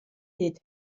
hyd